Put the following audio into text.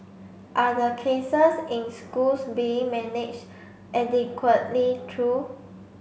are the cases in schools being managed adequately through